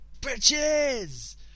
bitches